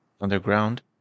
underground